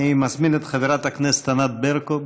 אני מזמין את חברת הכנסת ענת ברקו.